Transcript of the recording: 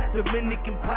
Dominican